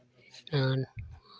स्नान